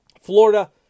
Florida